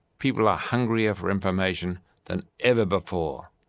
people are hungrier for information than ever before.